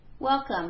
Welcome